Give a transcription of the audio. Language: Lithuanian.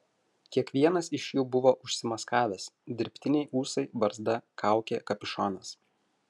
kiekvienas iš jų buvo užsimaskavęs dirbtiniai ūsai barzda kaukė kapišonas